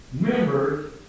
members